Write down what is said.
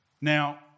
Now